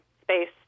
space